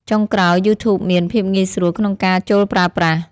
ចុងក្រោយ យូធូបមាន ភាពងាយស្រួលក្នុងការចូលប្រើប្រាស់។